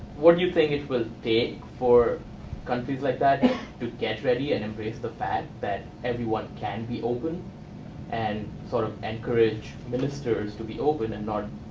what do you think it will take for countries like that to get ready and embrace the that everyone can be open and sort of encourage ministers to be open and aren't,